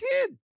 kid